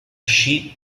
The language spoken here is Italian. sci